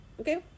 Okay